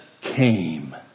came